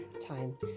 time